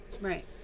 Right